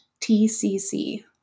tcc